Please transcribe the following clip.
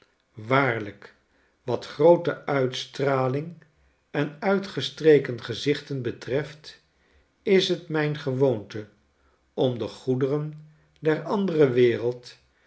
waarlijk wat groote uitstalling en uitgestreken gezichten betreft is t myn gewoonte om de goederen der andere wereld